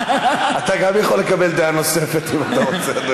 אתה גם יכול לקבל דעה נוספת אם אתה רוצה,